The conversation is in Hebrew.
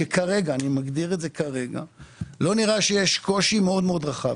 שאין קושי מאוד-מאוד רחב.